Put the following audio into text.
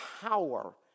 power